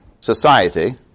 society